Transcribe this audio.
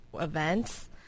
events